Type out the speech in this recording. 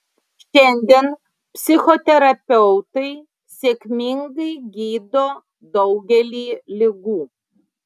šiandien psichoterapeutai sėkmingai gydo daugelį ligų